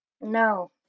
No